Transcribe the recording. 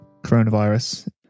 coronavirus